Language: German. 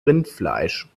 rindfleisch